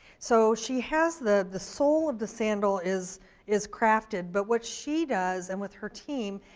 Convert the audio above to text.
so she has the the sole of the sandal is is crafted, but what she does and with her team,